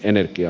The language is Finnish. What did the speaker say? kiitoksia